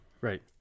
Right